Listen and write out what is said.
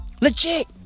Legit